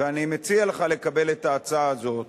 ואני מציע לך לקבל את ההצעה הזאת.